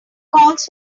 calls